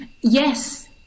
Yes